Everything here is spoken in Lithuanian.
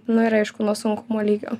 nu ir aišku nuo sunkumo lygio